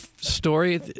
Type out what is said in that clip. story